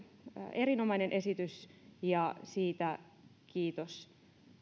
erinomainen esitys ja siitä kiitos